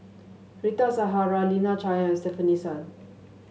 Rita Zahara Lina Chiam Stefanie Sun